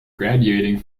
graduating